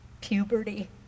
Puberty